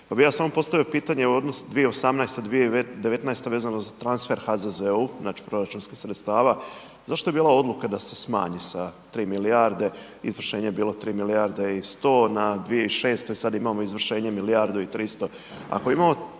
pa bih ja samo postavio pitanje 2018., 2019. vezano za transfer HZZO-u proračunskih sredstava. Zašto je bila odluka da se smanji sa 3 milijarde? Izvršenje je bilo 3 milijarde i 100 na 2600 i sada imamo izvršenje milijardu i 300. ako imamo